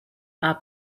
are